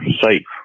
safe